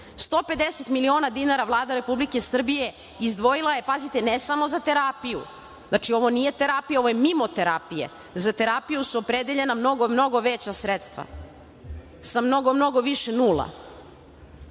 miliona dinara Vlada Republike Srbije izdvojila je ne samo za terapiju, znači, ovo nije terapija, ovo je mimo terapije, za terapiju su opredeljena mnogo, mnogo veća sredstva i sa mnogo, mnogo više nula.